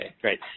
great